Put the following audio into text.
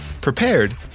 prepared